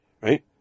right